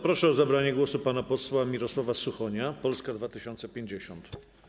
Proszę o zabranie głosu pana posła Mirosława Suchonia, Polska 2050.